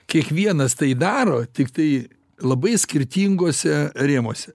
kiekvienas tai daro tiktai labai skirtinguose rėmuose